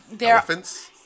Elephants